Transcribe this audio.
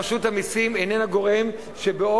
רשות המסים איננה גורם שתמיד מתנדב,